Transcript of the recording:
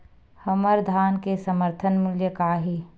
हमर धान के समर्थन मूल्य का हे?